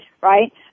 right